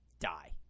die